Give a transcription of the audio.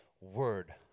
word